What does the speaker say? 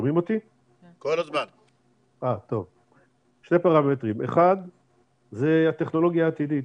האחד זה הטכנולוגיה העתידית.